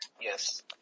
Yes